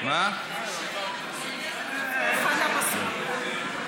אוחנה בסוגיה.